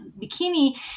bikini